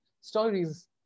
stories